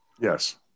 Yes